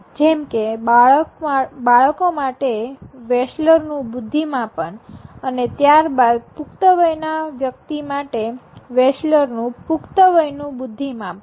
જેમ કે બાળકો માટે વેશલરનુ બુધ્ધિ માપન અને ત્યારબાદ પુખ્ત વયના વ્યક્તિ માટે વેશલરનુ પુખ્ત વયનું બુધ્ધિ માપન